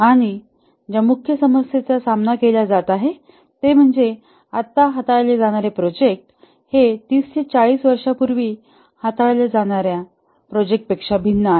आणि ज्या मुख्य समस्येचा सामना केला जात आहे ते म्हणजे आत्ता हाताळले जाणारे प्रोजेक्ट हे 30 40 वर्षांपूर्वी हाताळल्या गेलेल्या प्रोजेक्ट पेक्षा भिन्न आहे